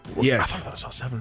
Yes